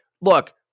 look